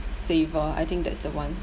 saver I think that's the one